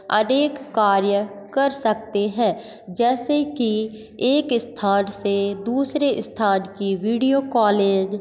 अनेक कार्य कर सकते हैं जैसे कि एक स्थान से दूसरे स्थान की वीडियो कॉलिंग